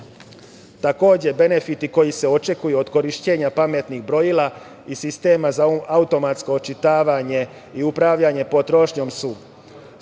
benefiti koji se očekuju od korišćenja pametnih brojila i sistema za automatsko očitavanje i upravljanje potrošnjom su